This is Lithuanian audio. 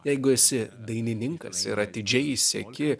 jeigu esi dainininkas ir atidžiai seki